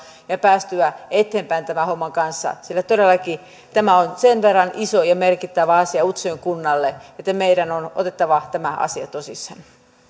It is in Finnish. ja päästään eteenpäin tämän homman kanssa sillä todellakin tämä on sen verran iso ja merkittävä asia utsjoen kunnalle että meidän on otettava tämä asia tosissamme